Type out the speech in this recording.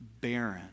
barren